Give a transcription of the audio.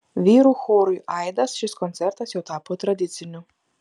vyrų chorui aidas šis koncertas jau tapo tradiciniu